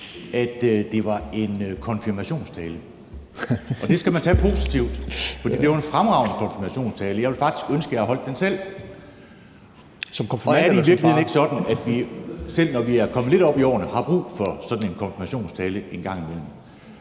at det var en konfirmationstale. Og det skal man tage positivt, for det var en fremragende konfirmationstale. Jeg ville faktisk ønske, at jeg selv havde holdt den, og er det i virkeligheden ikke sådan, at vi, selv når vi er kommet lidt op i årene, har brug for sådan en konfirmationstale en gang imellem?